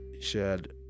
shared